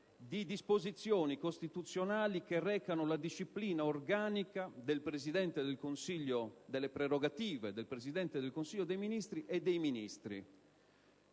di disposizioni costituzionali che recano la disciplina organica delle prerogative del Presidente del Consiglio dei ministri e dei Ministri.